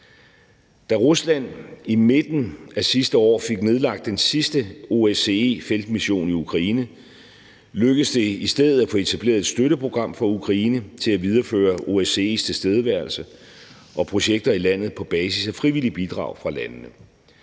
Da Rusland i midten af sidste år fik nedlagt den sidste OSCE-feltmission i Ukraine, lykkedes det i stedet at få etableret et støtteprogram for Ukraine til at videreføre OSCE's tilstedeværelse og projekter i landet på basis af frivillige bidrag fra landene.